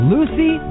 Lucy